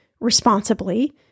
responsibly